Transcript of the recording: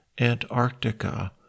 Antarctica